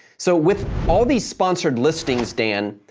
so, with all these sponsored listings, dan,